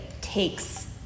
takes